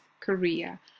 Korea